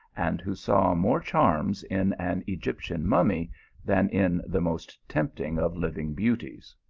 and who saw more charms in an egyptian mummy than in the most tempting of living beauties.